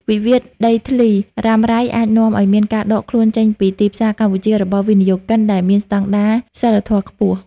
វិវាទដីធ្លីរ៉ាំរ៉ៃអាចនាំឱ្យមានការដកខ្លួនចេញពីទីផ្សារកម្ពុជា របស់វិនិយោគិនដែលមានស្ដង់ដារសីលធម៌ខ្ពស់។